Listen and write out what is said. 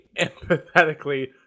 empathetically